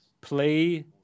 play